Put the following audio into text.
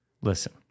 Listen